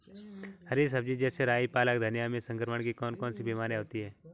हरी सब्जी जैसे राई पालक धनिया में संक्रमण की कौन कौन सी बीमारियां होती हैं?